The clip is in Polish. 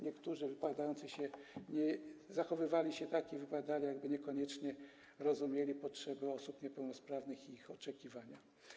Niektórzy wypowiadający się zachowywali się tak i wypowiadali, jakby niekoniecznie rozumieli potrzeby osób niepełnosprawnych i ich oczekiwania.